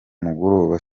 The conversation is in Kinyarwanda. mugoroba